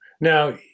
Now